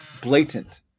blatant